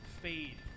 fade